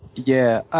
yeah,